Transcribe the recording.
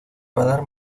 radar